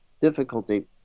difficulty